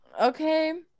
Okay